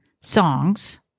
songs